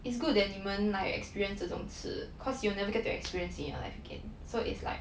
it's good like 你们 experience 这种 cause you'll never get to experience in your life again so it's like